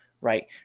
right